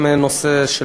גם הנושא של,